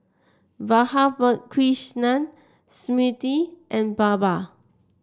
Radhakrishnan Smriti and Baba